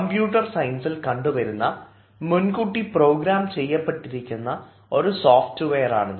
computer സയൻസിൽ കണ്ടുവരുന്ന മുൻകൂട്ടി പ്രോഗ്രാം ചെയ്യപ്പെട്ടിരിക്കുന്ന ഒരു സോഫ്റ്റ്വെയറാണിത്